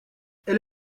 elle